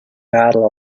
battle